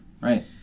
right